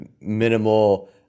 minimal